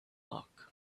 luck